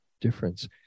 difference